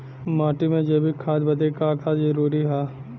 माटी में जैविक खाद बदे का का जरूरी ह?